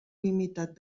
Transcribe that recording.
limitat